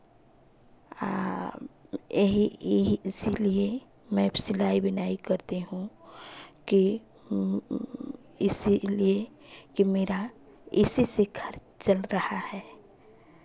आ यही इसीलिए मैं सिलाई बुनाई करती हूँ कि इसीलिए कि मेरा इसीसे खर्च चल रहा है